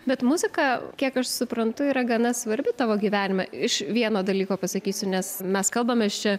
bet muzika kiek aš suprantu yra gana svarbi tavo gyvenime iš vieno dalyko pasakysiu nes mes kalbamės čia